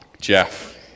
Jeff